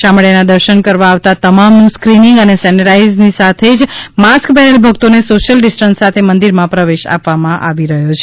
શામળિયાના દર્શન કરવા આવતા તમામ નું સ્ક્રીનીંગ અને સેનેટાઇઝની સાથે જ માસ્ક પહેરેલ ભક્તોને સોશિયલ ડિસ્ટન્સ સાથે મંદિર માં પ્રવેશ આપવામાં આવી રહ્યો છે